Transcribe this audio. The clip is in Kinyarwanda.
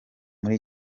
muri